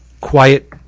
quiet